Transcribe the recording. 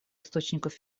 источников